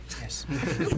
Yes